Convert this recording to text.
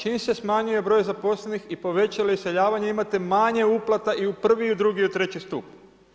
Čim se smanjuje +broj zaposlenih i povećava iseljavanja, imate manje uplata i u prvi i u drugi i u treći stup.